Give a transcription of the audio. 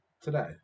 today